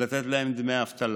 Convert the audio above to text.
דמי אבטלה.